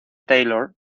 taylor